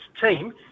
team